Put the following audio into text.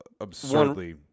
absurdly